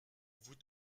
vous